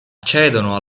accedono